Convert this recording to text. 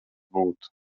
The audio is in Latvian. būt